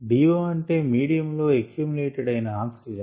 DO అంటే medium లో accumulated అయిన ఆక్సిజన్